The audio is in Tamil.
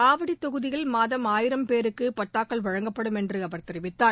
ஆவடி தொகுதியில் மாதம் ஆயிரம் பேருக்கு பட்டாக்கள் வழங்கப்படும் என்று அவர் தெரிவித்தார்